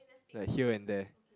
like here and there